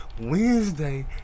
wednesday